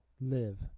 live